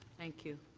thank you.